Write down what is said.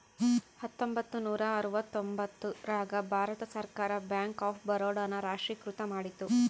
ಹತ್ತೊಂಬತ್ತ ನೂರ ಅರವತ್ತರ್ತೊಂಬತ್ತ್ ರಾಗ ಭಾರತ ಸರ್ಕಾರ ಬ್ಯಾಂಕ್ ಆಫ್ ಬರೋಡ ನ ರಾಷ್ಟ್ರೀಕೃತ ಮಾಡಿತು